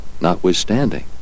notwithstanding